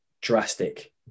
drastic